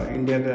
India